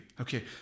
Okay